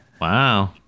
Wow